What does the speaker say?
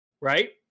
right